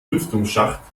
lüftungsschacht